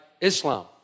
Islam